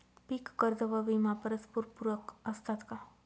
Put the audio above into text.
पीक कर्ज व विमा परस्परपूरक असतात का?